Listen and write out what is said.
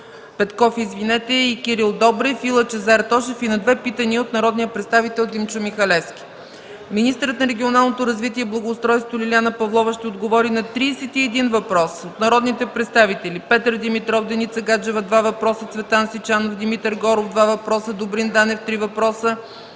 Петков и Кирил Добрев, и Лъчезар Тошев и на две питания от народния представител Димчо Михалевски. 3. Министърът на регионалното развитие и благоустройството Лиляна Павлова ще отговори на 31 въпроса от народните представители Петър Димитров, Деница Гаджева – два въпроса, Цветан Сичанов, Димитър Горов – два въпроса, Добрин Данев – три въпроса,